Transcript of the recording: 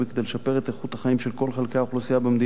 לשפר את איכות החיים של כל חלקי האוכלוסייה במדינה.